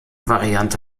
variante